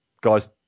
guys